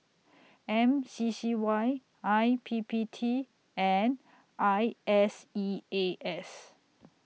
M C C Y I P P T and I S E A S